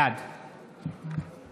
בעד